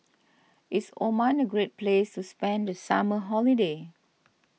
is Oman a great place to spend the summer holiday